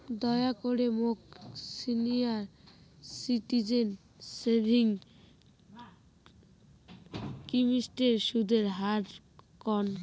দয়া করে মোক সিনিয়র সিটিজেন সেভিংস স্কিমের সুদের হার কন